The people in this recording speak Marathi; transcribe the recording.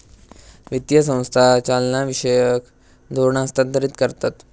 वित्तीय संस्था चालनाविषयक धोरणा हस्थांतरीत करतत